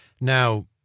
Now